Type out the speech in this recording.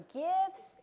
gifts